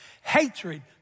Hatred